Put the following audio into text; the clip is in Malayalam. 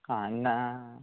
ആ ഇന്നാ